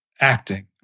acting